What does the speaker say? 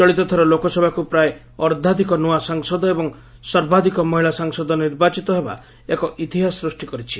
ଚଳିତଥର ଲୋକସଭାକ୍ ପ୍ରାୟ ଅର୍ଭ୍ବାଧକ ନ୍ତଆ ସାଂସଦ ଏବଂ ସର୍ବାଧକ ମହିଳା ସାଂସଦ ନିର୍ବାଚିତ ହେବା ଏକ ଇତିହାସ ସୂଷ୍କି କରିଛି